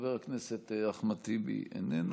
חבר הכנסת אחמד טיבי, איננו.